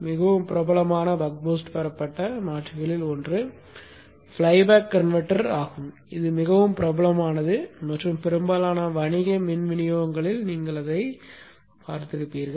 மிகவும் பிரபலமான buck boost பெறப்பட்ட மாற்றிகளில் ஒன்று ஃப்ளை பேக் கன்வெர்ட்டர் ஆகும் இது மிகவும் பிரபலமானது மற்றும் பெரும்பாலான வணிக மின் விநியோகங்களில் நீங்கள் அதைப் பார்ப்பீர்கள்